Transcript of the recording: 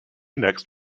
next